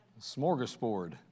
Smorgasbord